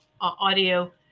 audio